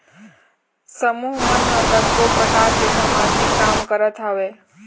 समूह मन ह कतको परकार के समाजिक काम करत हवय